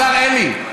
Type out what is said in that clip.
השר אלי,